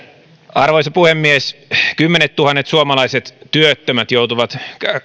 arvoisa puhemies kymmenettuhannet suomalaiset työttömät joutuvat